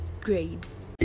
grades